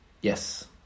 Yes